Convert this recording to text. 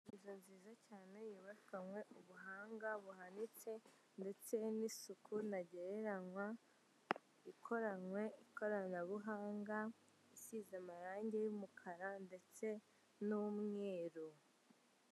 Inzu nziza cyane yubakanywe ubuhanga buhanitse ndetse n'isuku ntagereranywa, ikoranwe ikoranabuhanga, isize amarangi y'umukara ndetse n'umweru.